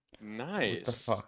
Nice